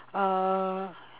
uh